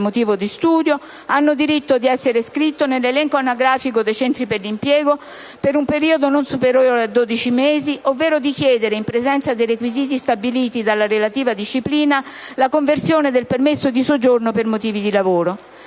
(per motivi di studio), hanno diritto di essere iscritti nell'elenco anagrafico dei centri per l'impiego, per un periodo non superiore a dodici mesi, ovvero di chiedere, in presenza dei requisiti stabiliti dalla relativa disciplina, la conversione del permesso in permesso di soggiorno per motivi di lavoro.